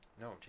No